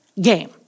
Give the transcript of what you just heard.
game